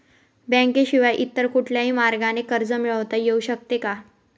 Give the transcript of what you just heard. बँकेशिवाय इतर कुठल्या मार्गाने कर्ज मिळविता येऊ शकते का?